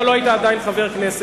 אתה לא היית אז חבר כנסת,